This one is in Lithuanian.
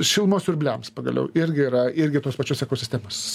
šilumos siurbliams pagaliau irgi yra irgi tos pačios ekosistemos